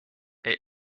est